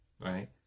Right